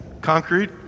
Concrete